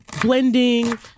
blending